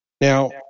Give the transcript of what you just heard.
Now